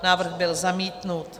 Návrh byl zamítnut.